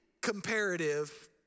comparative